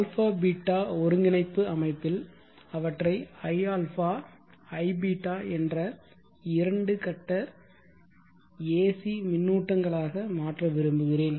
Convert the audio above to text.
∝β ஒருங்கிணைப்பு அமைப்பில் அவற்றை i∝ iβ என்ற இரண்டு கட்ட ஏசி மின்னூட்டங்களாக மாற்ற விரும்புகிறேன்